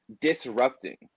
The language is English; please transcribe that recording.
disrupting